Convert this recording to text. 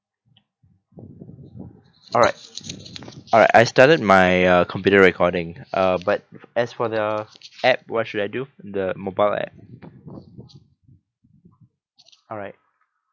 alright alright I started my uh computer recording uh but as for the app what should I do the mobile app alright